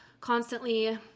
constantly